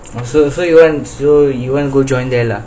um so so you want to go so you want to go join there lah